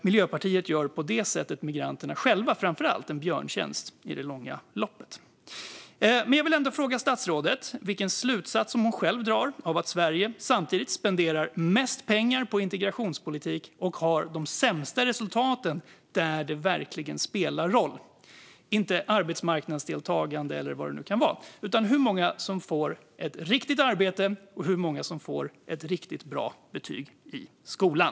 Miljöpartiet gör på det sättet framför allt migranterna själva en björntjänst i det långa loppet. Jag vill ändå fråga statsrådet vilken slutsats hon själv drar av att Sverige samtidigt spenderar mest pengar på integrationspolitik och har de sämsta resultaten där det verkligen spelar roll - inte arbetsmarknadsdeltagande eller vad det nu kan vara utan hur många som får ett riktigt arbete och hur många som får ett riktigt bra betyg i skolan.